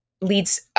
leads